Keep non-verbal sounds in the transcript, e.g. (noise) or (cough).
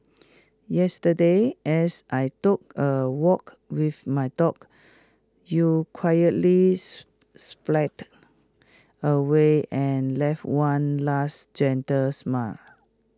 yesterday as I took A walk with my dog you quietly (unintelligible) away and left one last gentle smile